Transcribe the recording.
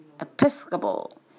Episcopal